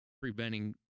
preventing